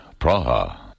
Praha